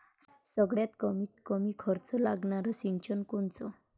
सगळ्यात कमीत कमी खर्च लागनारं सिंचन कोनचं?